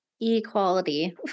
Equality